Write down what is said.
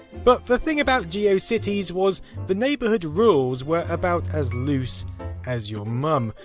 but, the thing about geocities, was the neighbourhood rules were about as loose as you um um